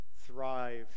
thrive